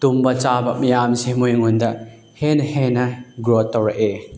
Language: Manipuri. ꯇꯨꯝꯕ ꯆꯥꯕ ꯃꯌꯥꯝꯁꯦ ꯃꯣꯏꯉꯣꯟꯗ ꯍꯦꯟꯅ ꯍꯦꯟꯅ ꯒ꯭ꯔꯣꯠ ꯇꯧꯔꯛꯑꯦ